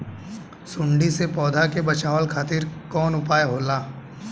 सुंडी से पौधा के बचावल खातिर कौन उपाय होला?